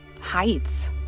heights